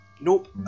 Nope